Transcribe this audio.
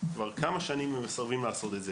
וכבר כמה שנים הם מסרבים לעשות את זה.